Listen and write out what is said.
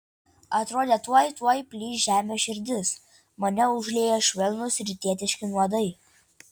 atrodė tuoj tuoj plyš žemės širdis mane užliejo švelnūs rytietiški nuodai